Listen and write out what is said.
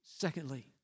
Secondly